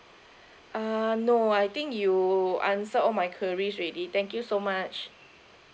err no I think you answered all my queries already thank you so much